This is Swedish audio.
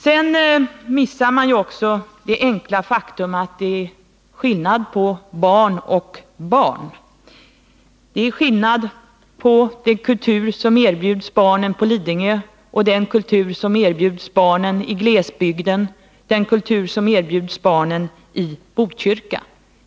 Man missar också det enkla faktum att det är skillnad på barn och barn. Det är skillnad på den kultur som erbjuds barnen i Lidingö och den kultur som erbjuds barnen i glesbygd och i Botkyrka.